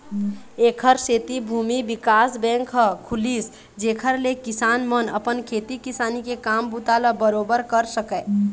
ऐखर सेती भूमि बिकास बेंक ह खुलिस जेखर ले किसान मन अपन खेती किसानी के काम बूता ल बरोबर कर सकय